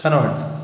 छान वाटतं